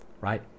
right